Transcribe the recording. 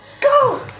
Go